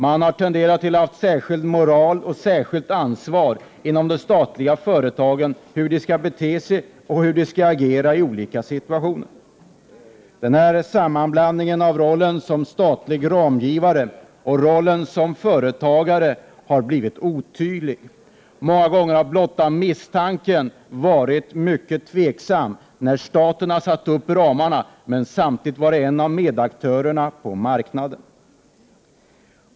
Man har tenderat att ha en särskild moral och ett särskilt ansvar inom de statliga företagen när det gäller hur man skall bete sig och agera i olika situationer. Skiljelinjen mellan rollen som statlig ramgivare och rollen som företagare har blivit otydlig. Många gånger har blotta misstanken gjort det tvivelaktigt när staten har satt upp ramarna men samtidigt varit en av medaktörerna på marknaden.